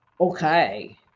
Okay